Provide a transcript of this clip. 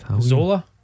Zola